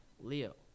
Leo